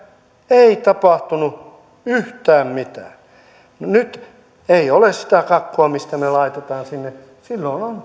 ei tapahtunut yhtään mitään nyt ei ole sitä kakkua mistä me laitamme sinne silloin on